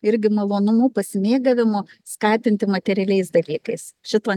irgi malonumu pasimėgavimu skatinti materialiais dalykais šituo